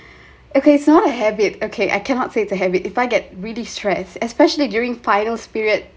okay it's not a habit okay I cannot say it's a habit if I get really stress especially during finals period